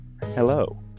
Hello